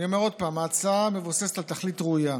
אני אומר עוד פעם: ההצעה מבוססת על תכלית ראויה,